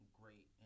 great